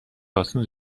آسون